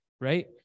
right